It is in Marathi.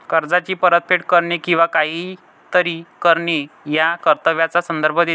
कर्जाची परतफेड करणे किंवा काहीतरी करणे या कर्तव्याचा संदर्भ देते